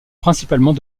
principalement